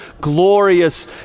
glorious